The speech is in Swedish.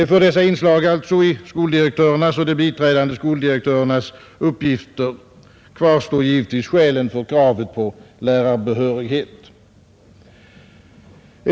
För dessa inslag i skoldirektörernas och de biträdande skoldirektörernas uppgifter kvarstår givetvis skälen för kravet på lärarbehörighet.